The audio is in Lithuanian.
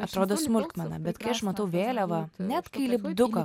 atrodo smulkmena bet kai aš matau vėliavą net kai lipduką